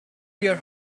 your